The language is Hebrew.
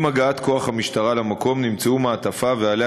עם הגעת כוח המשטרה למקום נמצאה מעטפה ועליה